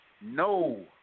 no